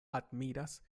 admiras